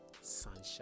sunshine